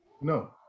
No